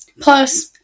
Plus